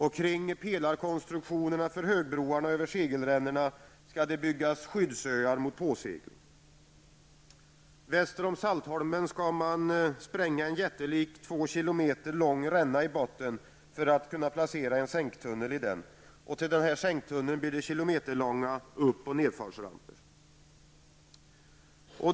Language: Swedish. Kring pelarkonstruktionerna för högbroarna över segelrännorna skall det byggas skyddsöar mot påsegling. Väster om Saltholm skall man spränga en jättelik, 2 kilometer lång, ränna i botten för att placera en sänktunnel. Till sänktunneln blir det kilometerlånga upp och nedfartsramper.